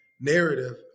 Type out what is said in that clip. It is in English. narrative